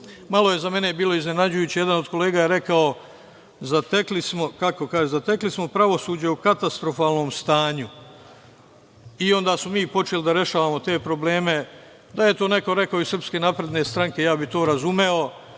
je za mene bilo iznenađujuće. Jedan od kolega je rekao – zatekli smo pravosuđe u katastrofalnom stanju i onda smo mi počeli da rešavamo te probleme. Da je to neko rekao iz SNS, ja bih to razumeo,